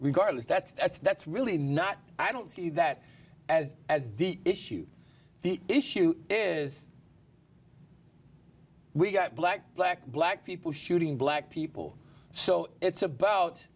regardless that's that's that's really not i don't see that as as the issue the issue is we got black black black people shooting black people so it's about